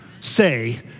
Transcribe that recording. say